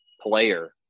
player